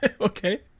Okay